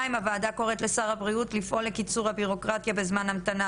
הוועדה קוראת לשר הבריאות לפעול לקיצור הבירוקרטיה בזמן ההמתנה